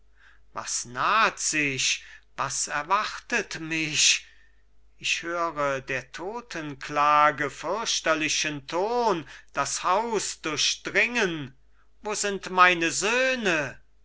was naht sich was erwartet mich ich höre der todtenklage fürchterlichen ton das haus durchdringen wo sind meine söhne